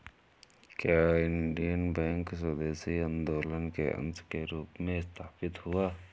क्या Indian Bank स्वदेशी आंदोलन के अंश के रूप में स्थापित हुआ?